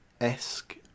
esque